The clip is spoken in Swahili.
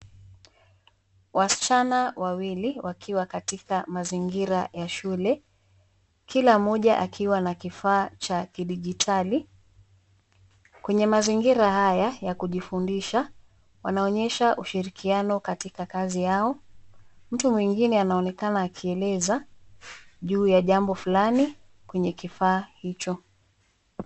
Wasichana wawili wakiwa katika mazingira ya shule, kila mmoja akiwa na kifaa cha kidijitali. Kwenye mazingira haya ya kujifundisha, wanaonyesha ushirikiano katika kazi yao, mtu mwingine anaonekana akieleza juu ya jambo fulani kwenye kifaa hicho.